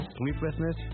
sleeplessness